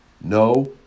No